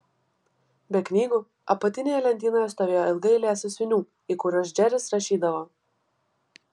be knygų apatinėje lentynoje stovėjo ilga eilė sąsiuvinių į kuriuos džeris rašydavo